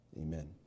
Amen